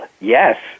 Yes